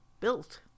built